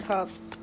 Cups